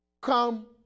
Come